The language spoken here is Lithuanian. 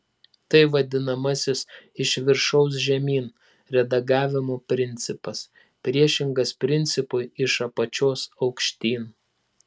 tai vadinamasis iš viršaus žemyn redagavimo principas priešingas principui iš apačios aukštyn